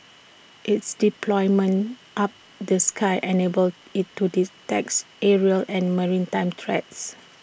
it's deployment up the sky enables IT to detects aerial and maritime threats